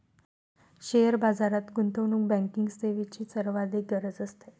share बाजारात गुंतवणूक banking सेवेची सर्वाधिक गरज असते